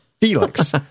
Felix